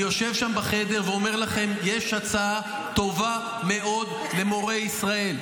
אני יושב שם בחדר ואני אומר לכם: יש הצעה טובה מאוד למורי ישראל.